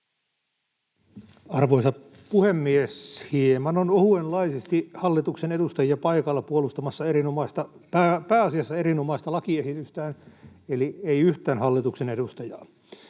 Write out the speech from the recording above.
Arvoisa puhemies! Hieman on ohuenlaisesti hallituksen edustajia paikalla puolustamassa pääasiassa erinomaista lakiesitystään — eli ei yhtään hallituksen edustajaa.